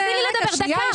אל